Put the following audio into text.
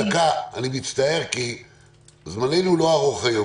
כי זמננו לא ארוך היום,